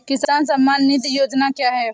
किसान सम्मान निधि योजना क्या है?